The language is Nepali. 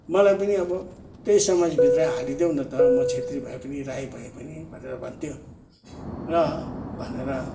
मलाई पनि अब त्यही समाजभित्र हालिदेऊ न त म क्षेत्री भए पनि राई भए पनि भनेर भन्थ्यो ल भनेर